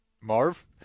Marv